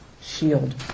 shield